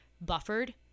buffered